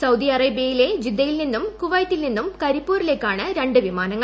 Saudi അറേബ്യയിലെ ജിദ്ദയിൽ നിന്നും കുവൈറ്റിൽ നിന്നും കരിപ്പൂരേക്കാണ് രണ്ട് വിമാനങ്ങൾ